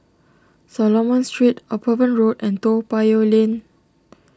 Solomon Street Upavon Road and Toa Payoh Lane